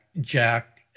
Jack